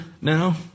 now